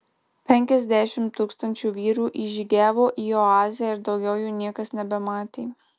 penkiasdešimt tūkstančių vyrų įžygiavo į oazę ir daugiau jų niekas nebematė